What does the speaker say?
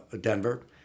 Denver